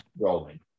rolling